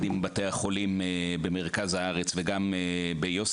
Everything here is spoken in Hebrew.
עם בתי החולים במרכז הארץ וגם ביוספטל.